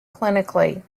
clinically